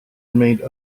remained